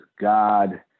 God